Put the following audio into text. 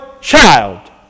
child